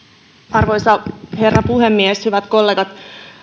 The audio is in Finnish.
arvoisa herra puhemies hyvät kollegat